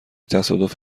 تصادف